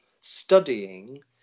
studying